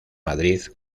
madrid